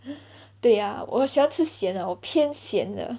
对呀我喜欢吃咸的我偏咸的